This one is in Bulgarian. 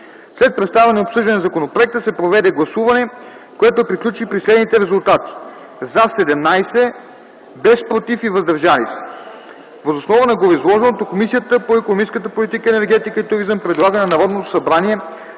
След представяне и обсъждане на законопроекта се проведе гласуване, което приключи при следните резултати: „за” – 17, без „против” и „въздържали се”. Въз основа на гореизложеното Комисията по икономическата политика, енергетика и туризъм предлага на Народното събрание